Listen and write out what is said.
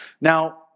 Now